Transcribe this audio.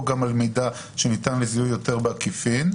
גם על מידע שניתן לזיהוי יותר בעקיפין.